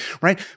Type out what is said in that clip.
right